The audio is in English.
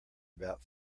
about